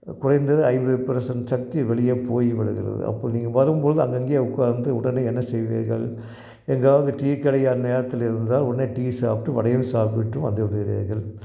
குறைந்தது ஐந்து பர்சன்ட் சக்தி வெளியே போய் விடுகிறது அப்போ நீங்கள் வரும்பொழுது அங்கங்கே உட்காந்து உடனே என்ன செய்வீர்கள் எங்கேயாவது டீ கடை அந்நேரத்தில் இருந்தால் உடனே டீ சாப்பிட்டு வடையும் சாப்பிட்டு வந்து விடுவீர்கள்